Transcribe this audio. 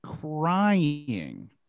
crying